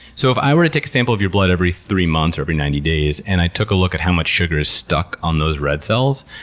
so if i were to take a sample of your blood every three months or every ninety days, and i took a look at how much sugar is stuck on those red cells,